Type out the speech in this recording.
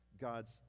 God's